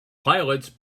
pilots